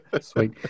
sweet